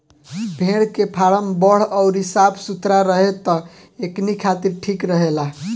भेड़ के फार्म बड़ अउरी साफ सुथरा रहे त एकनी खातिर ठीक रहेला